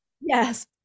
Yes